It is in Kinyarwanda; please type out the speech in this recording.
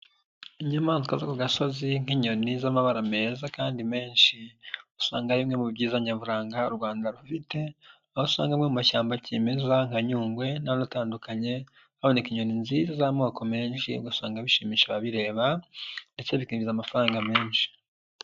Inyamaswa zo ku gasozi nk'inyoni z'amabara meza kandi menshi usanga ari bimwe mu byiza nyaburanga u Rwanda rufite aho usanga mu mashyamba kimeza nka Nyungwe n'andi atandukanye haboneka inyoni nziza z'amoko menshi, ugasanga bishimisha ababireba ndetse bikinjiza amafaranga menshi.